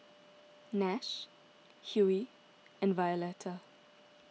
Nash Hughey and Violeta